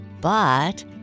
But